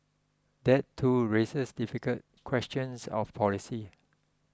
that too raises difficult questions of policy